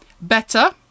better